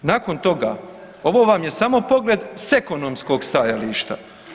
Nakon toga, ovo vam je samo pogled s ekonomskog stajališta.